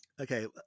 Okay